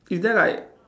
is there like